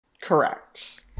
Correct